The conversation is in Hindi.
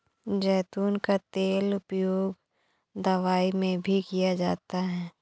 ज़ैतून का तेल का उपयोग दवाई में भी किया जाता है